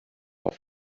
auf